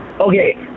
Okay